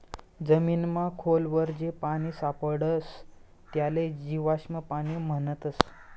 जमीनमा खोल वर जे पानी सापडस त्याले जीवाश्म पाणी म्हणतस